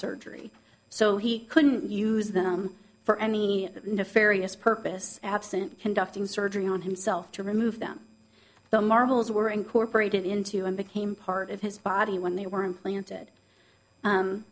surgery so he couldn't use them for any nefarious purpose absent conducting surgery on himself to remove them the marbles were incorporated into and became part of his body when they were implanted